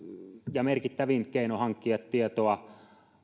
ja merkittävin keino hankkia tietoa